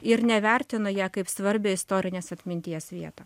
ir nevertino jo kaip svarbią istorinės atminties vietą